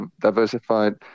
diversified